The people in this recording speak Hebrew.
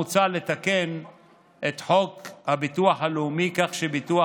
מוצע לתקן את חוק הביטוח הלאומי כך שביטוח